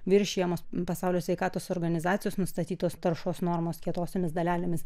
viršijamos pasaulio sveikatos organizacijos nustatytos taršos normos kietosiomis dalelėmis